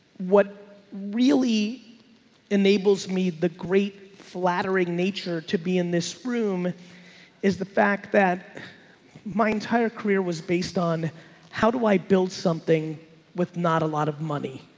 what really enables me, the great flattering nature to be in this room is the fact that my entire career was based on how do i build something with not a lot of money.